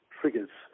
triggers